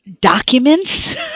documents